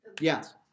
Yes